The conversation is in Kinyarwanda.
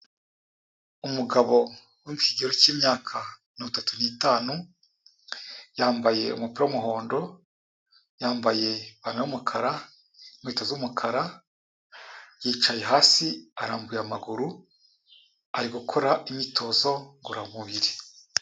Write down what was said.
Umugabo wo mu kigero k'imyaka mirongo itatu n'itanu, yambaye umupira w'umuhondo, yambaye ipantaro y'umukara, inkweto z'umukara, yicaye hasi arambuye amaguru, ari gukora imyitozo ngororamubiri.